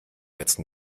letzten